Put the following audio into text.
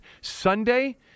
Sunday